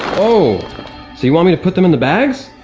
oh so you want me to put them in the bags,